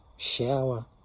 shower